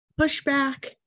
pushback